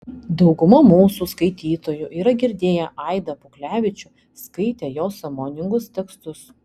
dauguma mūsų skaitytojų yra girdėję aidą puklevičių skaitę jo sąmojingus tekstus